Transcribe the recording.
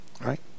right